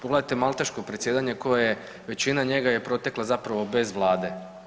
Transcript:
Pogledajte malteško predsjedanje većina njega je protekla zapravo bez vlade.